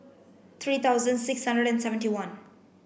three thousand six hundred and seventy one